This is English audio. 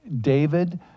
David